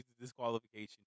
disqualification